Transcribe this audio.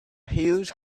huge